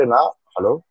Hello